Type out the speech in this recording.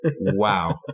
Wow